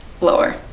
Lower